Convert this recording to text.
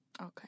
Okay